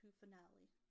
finale